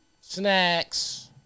snacks